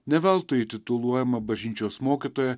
ne veltui ji tituluojama bažnyčios mokytoja